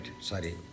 sorry